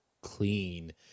clean